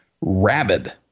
rabid